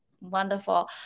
Wonderful